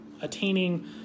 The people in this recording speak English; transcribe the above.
attaining